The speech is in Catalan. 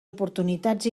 oportunitats